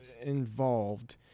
involved